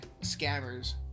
scammers